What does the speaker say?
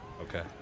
Okay